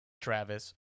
Travis